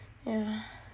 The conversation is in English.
yah